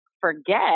forget